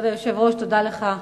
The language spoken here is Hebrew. כבוד היושב-ראש, תודה לך.